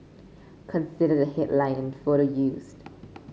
consider the headline and photo used